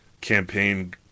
campaign